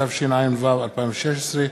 התשע"ו 2016,